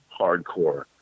hardcore